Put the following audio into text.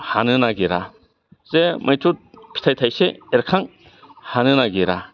हानो नागिरा जे मैथ्रु फिथाइ थाइसे एरखां हानो नागिरा